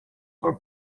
for